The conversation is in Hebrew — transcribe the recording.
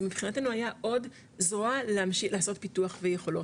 זה מבחינתנו היה עוד זרוע לעשות פיתוח ויכולות,